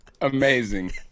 Amazing